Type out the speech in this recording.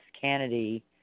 Kennedy